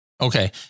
Okay